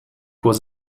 was